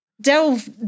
delve